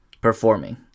performing